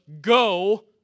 go